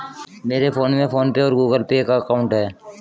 मेरे फोन में PhonePe और गूगल पे का अकाउंट है